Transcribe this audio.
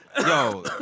yo